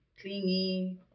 clingy